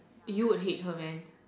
you would hate her man